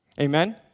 Amen